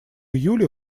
июле